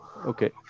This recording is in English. Okay